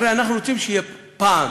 הרי אנחנו רוצים שיהיה פעם